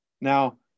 Now